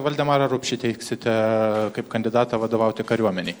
valdemarą rupšį teiksite kaip kandidatą vadovauti kariuomenei